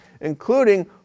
including